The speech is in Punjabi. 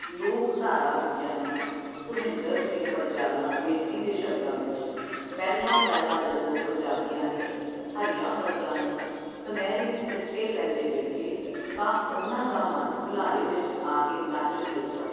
ਲੋਕਧਾਰਾ ਵਿਗਿਆਨੀ ਸੁਹਿੰਦਰ ਸਿੰਘ ਵਣਜਾਰਾ ਬੇਦੀ ਦੇ ਸ਼ਬਦਾਂ ਵਿੱਚ ਪਹਿਲਾਂ ਪਹਿਲਾਂ ਜਦੋਂ ਪੰਜਾਬੀਆਂ ਨੇ ਹਰੀਆਂ ਫਸਲਾਂ ਨੂੰ ਸੁਨਹਿਰੀ ਛਿੱਟੇ ਪੈਂਦੇ ਵੇਖੇ ਤਾਂ ਉਹਨਾਂ ਦਾ ਮਨ ਹੁਲਾਰੇ ਵਿੱਚ ਆ ਕੇ ਨੱਚ ਖਲੋਤਾ